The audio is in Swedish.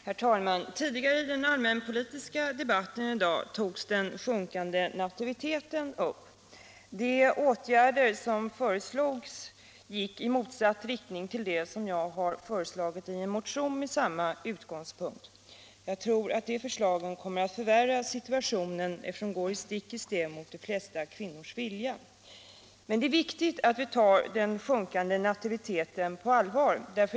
Herr talman! Tidigare i den allmänpolitiska debatten i dag togs den sjunkande nativiteten upp. De åtgärder som föreslogs gick i motsatt riktning mot dem som jag har föreslagit i en motion med samma utgångspunkt. Jag tror att de i dag nämnda förslagen kommer att förvärra situationen eftersom de går stick i stäv mot de flesta kvinnors vilja. Men det är viktigt att vi tar den sjunkande nativiteten på allvar.